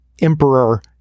Emperor